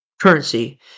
currency